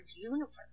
Universe